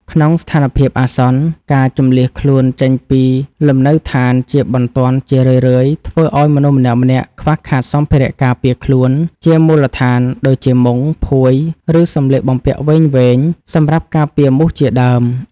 ក្នុងស្ថានភាពអាសន្ន ការជម្លៀសខ្លួនចេញពីលំនៅដ្ឋានជាបន្ទាន់ជារឿយៗធ្វើឱ្យមនុស្សម្នាក់ៗខ្វះខាតសម្ភារៈការពារខ្លួនជាមូលដ្ឋាន ដូចជាមុង ភួយ ឬសម្លៀកបំពាក់វែងៗសម្រាប់ការពារមូសជាដើម។